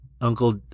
Uncle